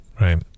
Right